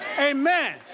amen